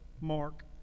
Mark